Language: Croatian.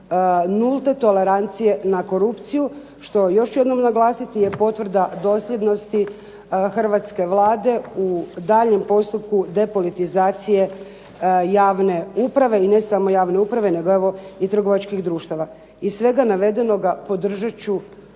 nulte tolerancije na korupciju što još jednom naglasiti je potvrda dosljednosti hrvatske Vlade u daljnjem postupku depolitizacije javne uprave i ne samo javne uprave nego evo i trgovačkih društava. Iz svega navedenoga podržat ću